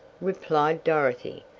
replied dorothy,